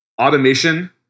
automation